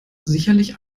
sicherlich